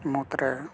ᱢᱩᱫᱽᱨᱮ